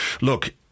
look